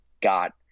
got